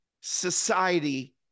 society